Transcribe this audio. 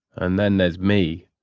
and then there's me.